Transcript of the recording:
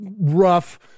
rough